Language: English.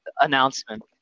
announcement